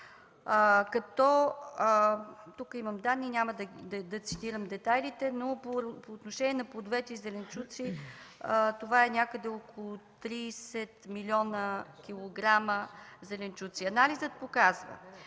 други данни, няма да цитирам детайлите, но по отношение на плодовете и зеленчуците това е някъде около 30 млн. кг зеленчуци. Анализът показва,